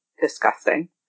disgusting